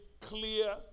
clear